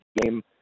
game